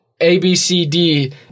ABCD